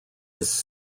his